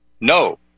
No